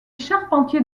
charpentiers